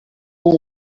pour